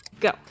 go